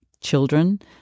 children